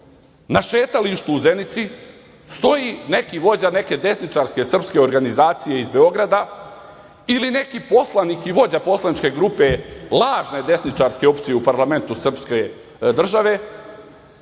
na šetalištu u Zenici stoji neki vođa neke desničarske srpske organizacije iz Beograda ili neki poslanik i vođa poslaničke grupe lažne desničarske opcije u parlamentu srpske države